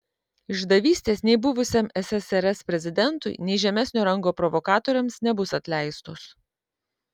išdavystės nei buvusiam ssrs prezidentui nei žemesnio rango provokatoriams nebus atleistos